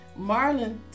Marlon